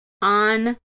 on